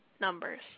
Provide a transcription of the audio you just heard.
numbers